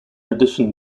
addition